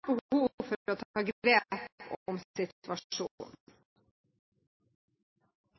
å ta grep om situasjonen.